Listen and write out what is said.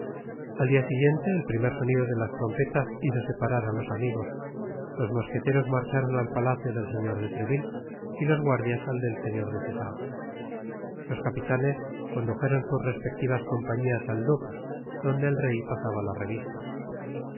al dia siguiente el primer sonido de las trompetas hizo separar á los amigos los mosqueteros marcharon al palacio del señor de treville y los guardias al del señor des essarts los capitanes condujeron sus respectivas compañias al louvre donde el rey pasaba la revista